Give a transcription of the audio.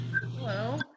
Hello